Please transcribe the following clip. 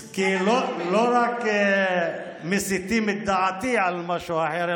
כי לא רק מסיחים את דעתי למשהו אחר,